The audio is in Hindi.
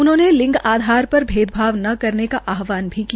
उनहोंने लिंग आधार पर भेदभाव न करने का आहवान भी किया